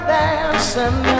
dancing